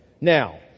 Now